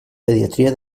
pediatria